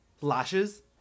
lashes